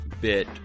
bit